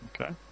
Okay